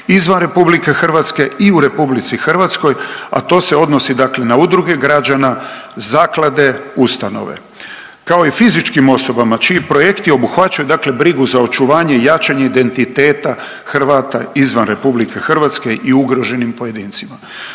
izvan RH i u RH, a to se odnosi dakle na udruge građana, zaklade, ustanove, kao i fizičkim osobama čiji projekti obuhvaćaju dakle brigu za očuvanje i jačanje identiteta Hrvata izvan RH i ugroženim pojedincima.